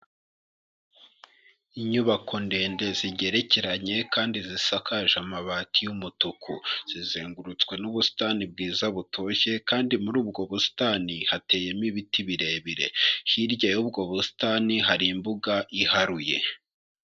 Inyubako ndende zigerekeranye kandi zisakaje amabati y'umutuku, zizengurutswe n'ubusitani bwiza butoshye, kandi muri ubwo busitani hateyemo ibiti birebire. Hirya y'ubwo busitani hari imbuga iharuye.